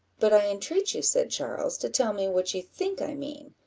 but i entreat you, said charles, to tell me what you think i mean,